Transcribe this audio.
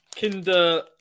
Kinder